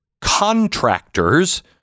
contractors